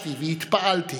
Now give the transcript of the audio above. התרגשתי והתפעלתי